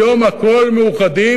היום הכול מאוחדים,